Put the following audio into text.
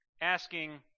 asking